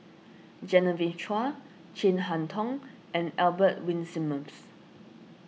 Genevieve Chua Chin Harn Tong and Albert Winsemius